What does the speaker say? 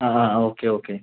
ആ ആ okay okay